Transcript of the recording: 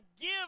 give